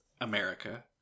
America